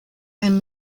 and